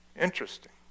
Interesting